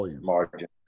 margin